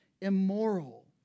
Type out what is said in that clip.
immoral